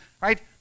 right